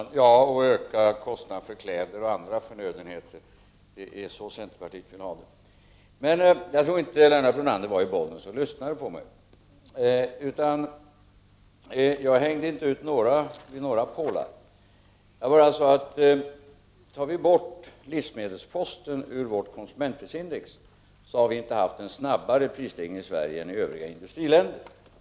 Herr talman! ... och öka kostnaden för kläder och andra förnödenheter. Det är så centerpartiet vill ha det. Jag tror inte att Lennart Brunander var i Bollnäs och lyssnade på mig. Jag hängde inte ut någon vid en påle. Om vi tar bort livsmedelsposten ur vårt konsumentprisindex, finner vi att vi inte har haft en snabbare prisstegring i Sverige än i övriga industriländer.